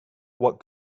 what